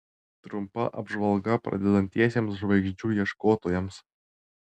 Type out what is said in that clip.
trumpa apžvalga pradedantiesiems žvaigždžių ieškotojams